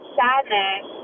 sadness